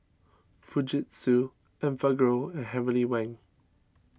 Fujitsu Enfagrow and Heavenly Wang